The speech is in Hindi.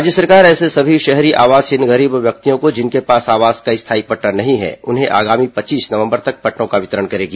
राज्य सरकार ऐसे सभी शहरी आवासहीन गरीब व्यक्तियों को जिनके पास आवास का स्थायी पट्टा नहीं है उन्हें आगामी पच्चीस नवंबर तक पट्टों का वितरण करेगी